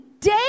day